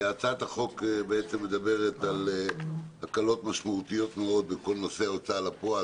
הצעת החוק מדברת על הקלות משמעותיות מאוד בכל נושא ההוצאה לפועל,